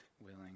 willing